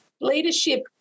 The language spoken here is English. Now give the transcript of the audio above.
leadership